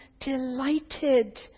delighted